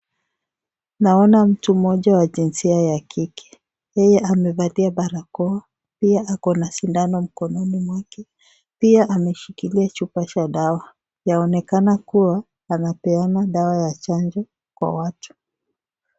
Naona mtu mmoja wa jinsia ya kike. Yeye amevalia barakoa pia ako na sindano mkononi mwake. Pia ameshikilia chupa ya dawa, anaonekana kuwa anapeana dawa ya chanjo kwa watu.